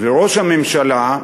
וראש הממשלה,